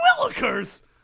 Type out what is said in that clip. Willikers